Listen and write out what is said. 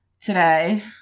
today